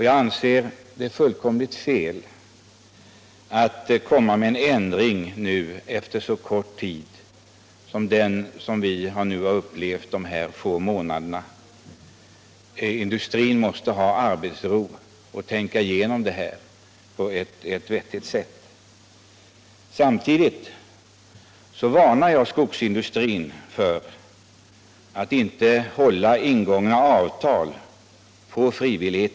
Jag anser det vara fullkomligt fel att ändra de nuvarande reglerna efter så kort tids tillämpning. Industrin måste ha arbetsro och genomföra vidtagna åtgärder. Samtidigt varnar jag skogsindustrin för att inte hålla de avtal som ingåtts på frivillig väg.